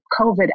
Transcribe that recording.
COVID